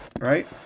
right